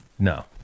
No